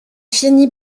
finit